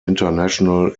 international